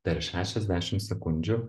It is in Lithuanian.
per šešiasdešim sekundžių